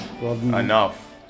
enough